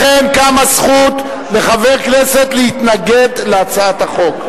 לכן קמה זכות לחבר כנסת להתנגד להצעת החוק.